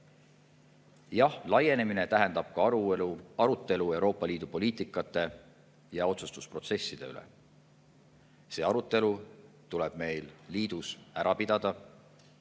Jah, laienemine tähendab ka arutelu Euroopa Liidu poliitika ja otsustusprotsesside üle. See arutelu tuleb meil liidus ära pidada,